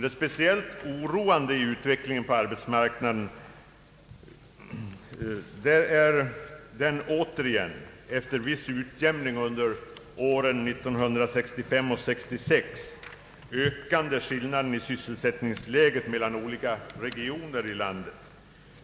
Det speciellt oroande i utvecklingen på arbetsmarknaden var den återigen — efter viss utjämning under åren 1965 och 1966 — ökande skillnaden i sysselsättningsläget mellan olika regioner i landet.